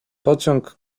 pociąg